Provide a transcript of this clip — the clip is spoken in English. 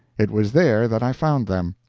it was there that i found them.